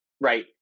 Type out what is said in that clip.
right